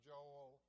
Joel